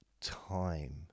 time